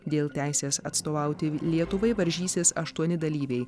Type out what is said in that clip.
dėl teisės atstovauti lietuvai varžysis aštuoni dalyviai